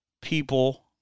people